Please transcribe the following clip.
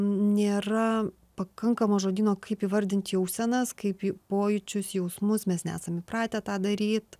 nėra pakankamo žodyno kaip įvardinti jau senas kaip pojūčius jausmus mes nesam pratę tą daryt